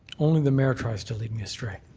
only the mayor tries to lead me astray.